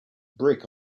brick